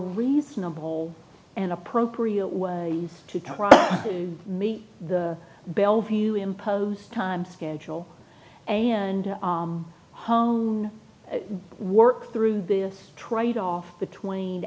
reasonable and appropriate way to try to meet the bellevue imposed time schedule and hone work through this tradeoff between